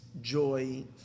joy